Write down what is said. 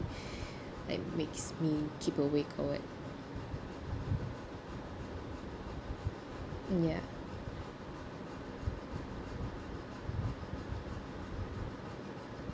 like makes me keep awake or what ya